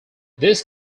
this